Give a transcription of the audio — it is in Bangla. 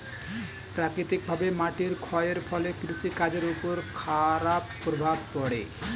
প্রাকৃতিকভাবে মাটির ক্ষয়ের ফলে কৃষি কাজের উপর খারাপ প্রভাব পড়ে